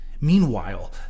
Meanwhile